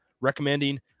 recommending